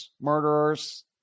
murderers